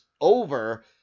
over